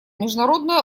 международное